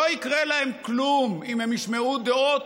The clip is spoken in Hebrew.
לא יקרה להם כלום אם הם ישמעו דעות